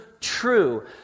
true